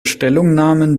stellungnahmen